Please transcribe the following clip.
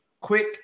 quick